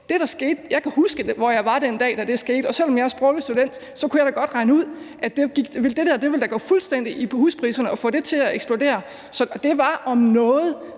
Jeg kan huske, hvor jeg var den dag, da det skete, og selv om jeg er sproglig student, kunne jeg da godt regne ud, at det der ville gå fuldstændig i huspriserne og få dem til at eksplodere. Det var om noget